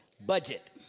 Budget